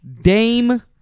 Dame